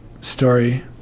story